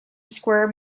square